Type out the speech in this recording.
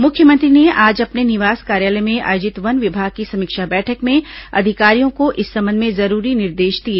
मुख्यमंत्री ने आज अपने निवास कार्यालय में आयोजित वन विभाग की समीक्षा बैठक में अधिकारियों को इस संबंध में जरूरी निर्देश दिए